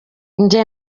njye